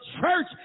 church